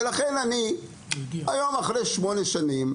לכן, היום, אחרי כשמונה שנים,